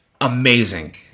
Amazing